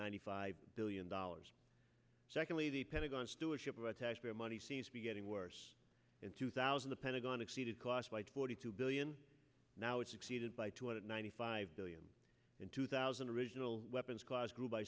ninety five billion dollars secondly the pentagon stewardship of taxpayer money seems to be getting worse in two thousand the pentagon exceeded cost two billion now it's exceeded by two hundred ninety five billion in two thousand original weapons class grew by